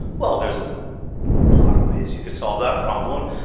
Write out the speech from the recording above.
well, there's a lot of ways you could solve that problem.